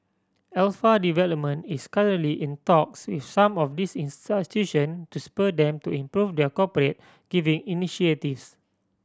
Alpha Development is currently in talks with some of these institution to spur them to improve their corporate giving initiatives